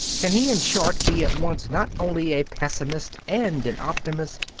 can he, in short, be at once not only a pessimist and an optimist,